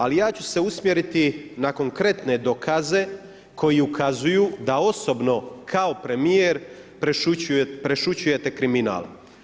Ali ja ću se usmjeriti na konkretne dokaze koji ukazuju da osobno kao premijer prešućujete kriminal.